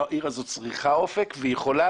העיר הזאת צריכה אופק והיא יכולה,